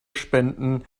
spenden